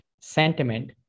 sentiment